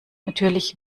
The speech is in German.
natürlich